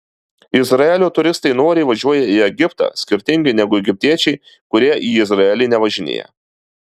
izraelio turistai noriai važiuoja į egiptą skirtingai negu egiptiečiai kurie į izraelį nevažinėja